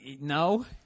No